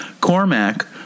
Cormac